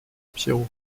pierrot